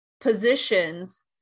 positions